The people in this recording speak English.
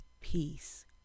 peace